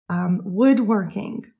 Woodworking